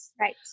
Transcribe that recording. Right